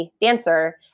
dancer